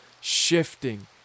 shifting